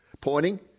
Pointing